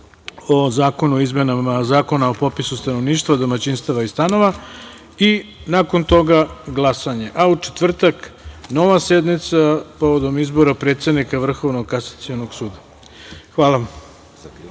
o izmenama Zakona o popisu stanovništva, domaćinstava i stanova i nakon toga glasanje, a u četvrtak nova sednica povodom izbora predsednika Vrhovnog kasacionog suda. Izvinjavam